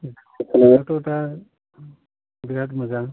खोनानायावथ' दा बिराद मोजां